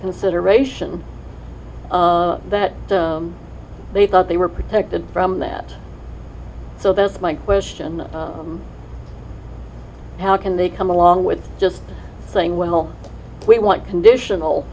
consideration that they thought they were protected from that so that's my question how can they come along with just saying well we want conditional